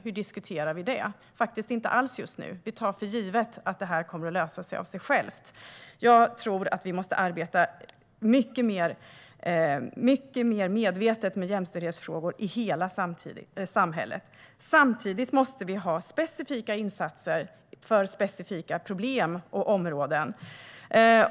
Hur diskuterar vi det? Det gör vi faktiskt inte alls just nu. Vi tar för givet att detta kommer att lösa sig av sig självt. Jag tror att vi måste arbeta mycket mer medvetet med jämställdhetsfrågor i hela samhället. Samtidigt måste vi ha specifika insatser för specifika problem och områden.